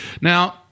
Now